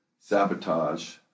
sabotage